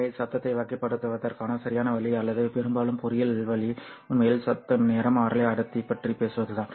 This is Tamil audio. எனவே சத்தத்தை வகைப்படுத்துவதற்கான சரியான வழி அல்லது பெரும்பாலும் பொறியியல் வழி உண்மையில் சத்தம் நிறமாலை அடர்த்தி பற்றி பேசுவதுதான்